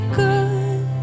good